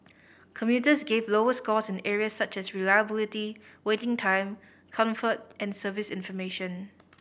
commuters gave lower scores in areas such as reliability waiting time comfort and service information